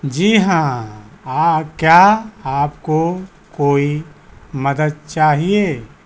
जी हाँ आ क्या आपको कोई मदद चाहिए